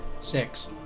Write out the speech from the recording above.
Six